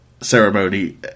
ceremony